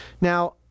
Now